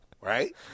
right